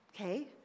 okay